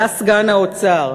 היה סגן שר האוצר,